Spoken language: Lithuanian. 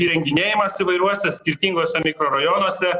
įrenginėjamas įvairiuose skirtinguose mikrorajonuose